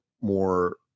more